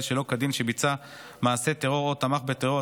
שלא כדין שביצע מעשה טרור או תמך בטרור),